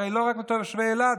הרי לא רק תושבי אילת,